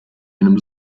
einem